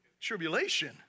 Tribulation